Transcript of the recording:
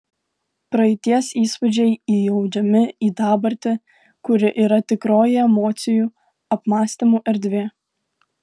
praeities įspūdžiai įaudžiami į dabartį kuri yra tikroji emocijų apmąstymų erdvė